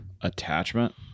attachment